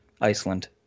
Iceland